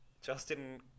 Justin